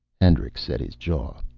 hendricks set his jaw.